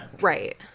Right